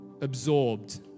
absorbed